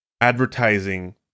advertising